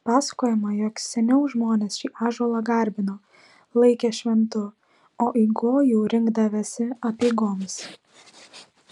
pasakojama jog seniau žmonės šį ąžuolą garbino laikė šventu o į gojų rinkdavęsi apeigoms